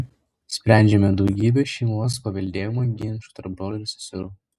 sprendžiame daugybę šeimos paveldėjimo ginčų tarp brolių ir seserų